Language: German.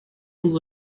umso